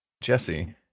Jesse